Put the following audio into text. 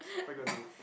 what you gonna do